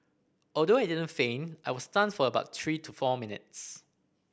although I didn't faint I was stunned for about three to four minutes